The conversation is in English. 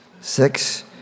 Six